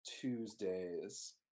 tuesdays